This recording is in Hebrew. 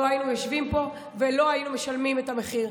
היינו יושבים פה ולא היינו משלמים את המחיר.